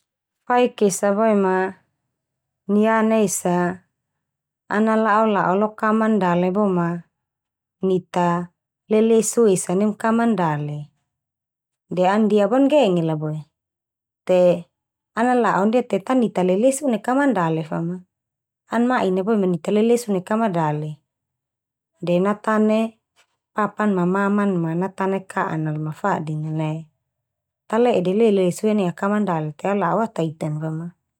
Faik esa boe ma niana esa ana la'o-la'o lo kaman dale bo ma nita lelesu esa nem kaman dale. De an ndia bo an nggengel la boe te ana la'o ndia te ta nita lelesu nai kaman dale fa ma, an ma'in na boma nita lelesu nai kama dale, de natane papan ma maman ma natane ka'an nal no fadin nal nae tale'e de lelesu ia nai au kaman dale, te au la'o ia au ta itan fa ma.